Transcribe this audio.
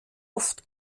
oft